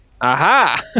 Aha